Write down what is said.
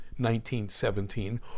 1917